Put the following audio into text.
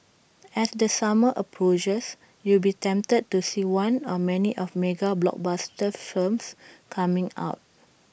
as the summer approaches you will be tempted to see one or many of mega blockbuster films coming out